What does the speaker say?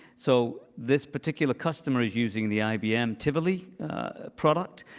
so this particular customer is using the ibm tivoli product,